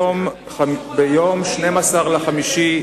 האם יוחזר הכסף לישיבות?